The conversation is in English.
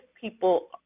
people